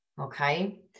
Okay